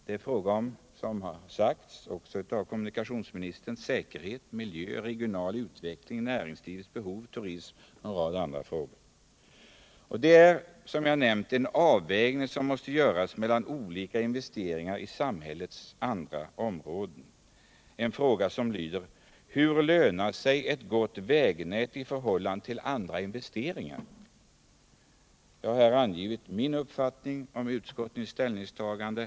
Det är också fråga om, vilket även kommunikationsministern sade, säkerhet, miljö, regional utveckling, näringslivsbehov, turism och mycket annat. Som jag nämnde är det en avvägning som måste göras mellan olika investeringar på samhällets områden. En fråga lyder: Hur lönar sig ett gott vägnät i förhållande till andra investeringar? Jag har angivit min uppfattning om utskottets ställningstagande.